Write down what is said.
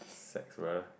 sex bruh